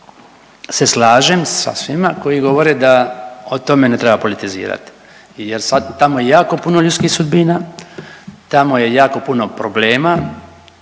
se slažem sa svima koji govore da o tome ne treba politizirati jer sad tamo jako puno ljudskih sudbina, tamo je jako puno problema,